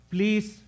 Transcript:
Please